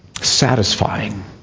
satisfying